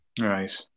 Right